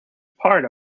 part